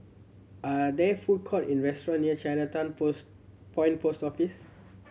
are there food courts in restaurants near Chinatown Post Point Post Office